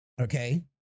Okay